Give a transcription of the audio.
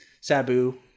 Sabu